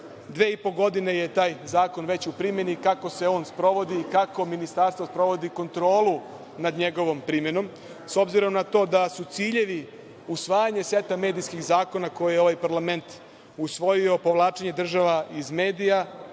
po godine je taj zakon već u primeni, kako se on sprovodi i kako Ministarstvo sprovodi kontrolu nad njegovom primenom, s obzirom na to da su ciljevi usvajanja seta medijskih zakona koji je ovaj parlament usvojio povlačenje države iz medija